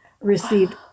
received